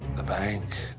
the bank,